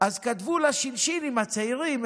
אז כתבו לשינשינים הצעירים,